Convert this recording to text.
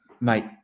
mate